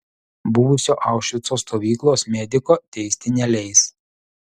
buvusio aušvico stovyklos mediko teisti neleis